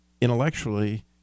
intellectually